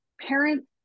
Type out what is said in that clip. parents